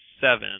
seven